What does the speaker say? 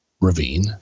ravine